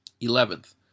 Eleventh